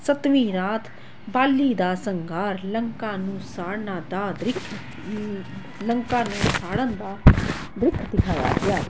ਸੱਤਵੀਂ ਰਾਤ ਬਾਲੀ ਦਾ ਸੰਘਾਰ ਲੰਕਾ ਨੂੰ ਸਾੜਨਾ ਦਾ ਦ੍ਰਿਸ਼ ਲੰਕਾ ਨੂੰ ਸਾੜਨ ਦਾ ਦ੍ਰਿਸ਼ ਦਿਖਾਇਆ ਗਿਆ